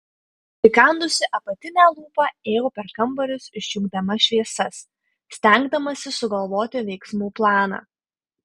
prikandusi apatinę lūpą ėjau per kambarius išjungdama šviesas stengdamasi sugalvoti veiksmų planą